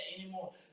anymore